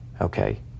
okay